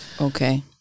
Okay